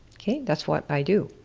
okay. that's what i do.